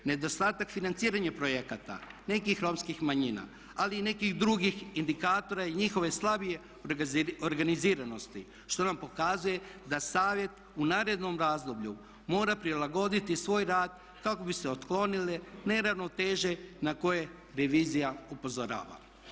Nedostatak financiranja projekata nekih Romskih manjina, ali i nekih drugih indikatora i njihove slabije organiziranosti što nam pokazuje da savjet u narednom razdoblju mora prilagoditi svoj rad kako bi se otklonile neravnoteže na koje revizija upozorava.